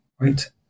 right